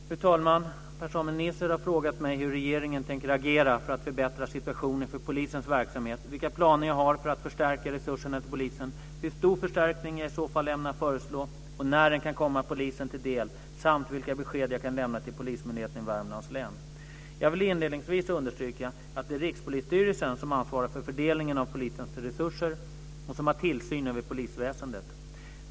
Fru talman! Per-Samuel Nisser har frågat mig hur regeringen tänker agera för att förbättra situationen för polisens verksamhet, vilka planer jag har för att förstärka resurserna till polisen, hur stor förstärkning jag i så fall ämnar föreslå och när den kan komma polisen till del samt vilka besked jag kan lämna till polismyndigheten i Värmlands län. Jag vill inledningsvis understryka att det är Rikspolisstyrelsen som ansvarar för fördelningen av polisens resurser och som har tillsyn över polisväsendet.